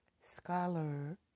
Scholar